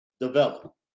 develop